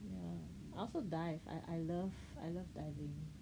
ya I also dive I I love I love diving